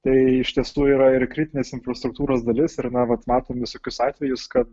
tai iš tiesų yra ir kritinės infrastruktūros dalis ir na vat matom visokius atvejus kad